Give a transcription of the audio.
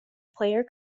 player